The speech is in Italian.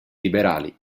liberali